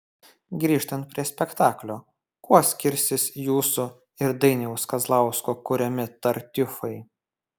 grįžtant prie spektaklio kuo skirsis jūsų ir dainiaus kazlausko kuriami tartiufai